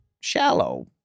shallow